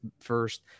first